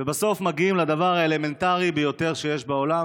ובסוף מגיעים לדבר האלמנטרי ביותר שיש בעולם,